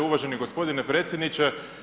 Uvaženi gospodine predsjedniče.